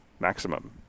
Maximum